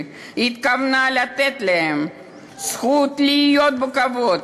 והתכוונה לתת להם זכות לחיות בכבוד.